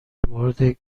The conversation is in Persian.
مورد